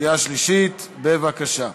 קריאה שלישית, בבקשה.